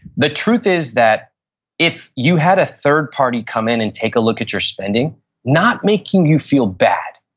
the truth is that if you had a third party come in and take a look at your spending not making you feel bad,